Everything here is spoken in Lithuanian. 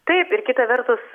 taip ir kita vertus